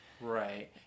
right